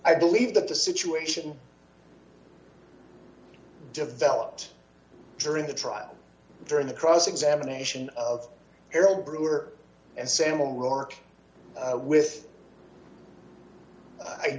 i believe that the situation developed during the trial during the cross examination of harold brewer and salman rourke with i